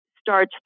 starts